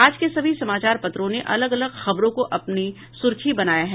आज के सभी समाचार पत्रों ने अलग अलग खबरों को अपनी सुर्खी बनायी है